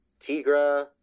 Tigra